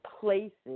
places